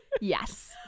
Yes